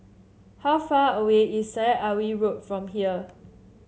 how far away is Syed Alwi Road from here